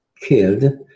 killed